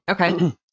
Okay